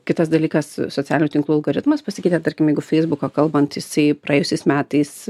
kitas dalykas socialinių tinklų algoritmas pasikeitė tarkim jeigu feisbuką kalbant jisai praėjusiais metais